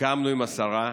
שסיכמנו עם השרה,